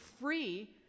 free